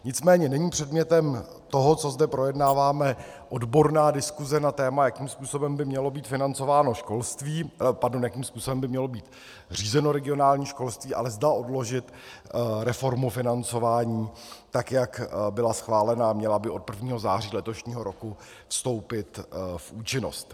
Nicméně není předmětem toho, co zde projednáváme, odborná diskuse na téma, jakým způsobem by mělo být financováno školství pardon, jakým způsobem by mělo být řízeno regionální školství, ale zda odložit reformu financování, tak jak byla schválena a měla by od 1. září letošního roku vstoupit v účinnost.